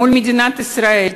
מול מדינת ישראל,